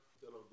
אתן לך דוגמה.